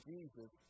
Jesus